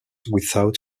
without